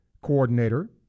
coordinator